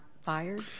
fired